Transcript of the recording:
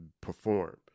perform